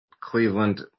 Cleveland